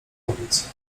powiedz